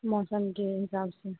मौसम के हिसाब से